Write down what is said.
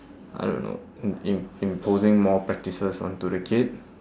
I don't know imp~ imp~ imposing more practices onto the kid